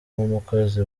nk’umukozi